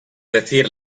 decir